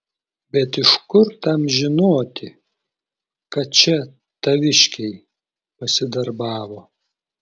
bet iš kur tam žinoti kad čia taviškiai pasidarbavo